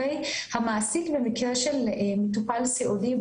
המעסיק למקרה של מטופל סיעודי,